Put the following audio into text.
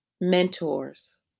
mentors